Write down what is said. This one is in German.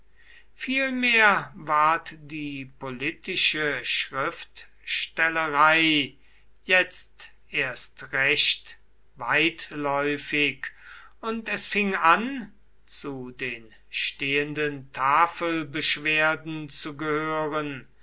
vielmehr ward die politische schriftstellerei jetzt erst recht weitläufig und es fing an zu den stehenden tafelbeschwerden zu gehören